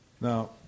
Now